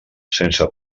sense